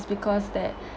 is because that